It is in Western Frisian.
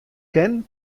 kin